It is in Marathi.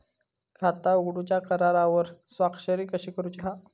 खाता उघडूच्या करारावर स्वाक्षरी कशी करूची हा?